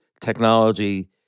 technology